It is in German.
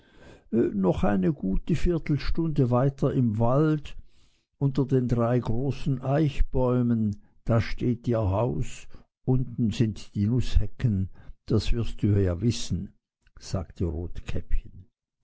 noch eine gute viertelstunde weiter im wald unter den drei großen eichbäumen da steht ihr haus unten sind die nußhecken das wirst du ja wissen sagte rotkäppchen